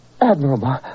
Admirable